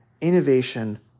innovation